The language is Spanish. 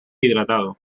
hidratado